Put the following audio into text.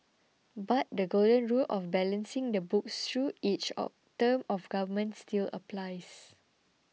but the golden rule of balancing the books through each term of government still applies